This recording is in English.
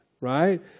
right